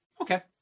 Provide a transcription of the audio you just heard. Okay